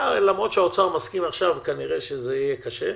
למרות שהאוצר מסכים עכשיו, כנראה שזה יהיה קשה.